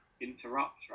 interrupt